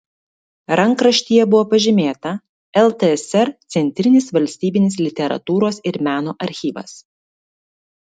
rankraštyje buvo pažymėta ltsr centrinis valstybinis literatūros ir meno archyvas